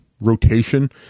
rotation